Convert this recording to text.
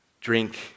drink